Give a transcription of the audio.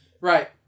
Right